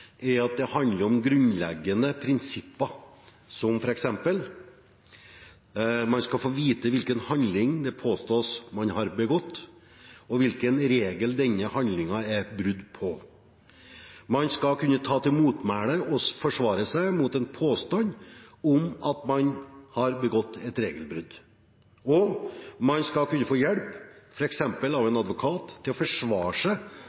er at det handler om grunnleggende prinsipper, som f.eks. at man skal få vite hvilken handling det påstås man har begått, og hvilken regel denne handlingen er brudd på, at man skal kunne ta til motmæle og forsvare seg mot en påstand om at man har begått et regelbrudd, at man skal kunne få hjelp, f.eks. av en advokat, til å forsvare seg